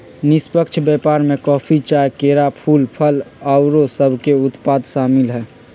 निष्पक्ष व्यापार में कॉफी, चाह, केरा, फूल, फल आउरो सभके उत्पाद सामिल हइ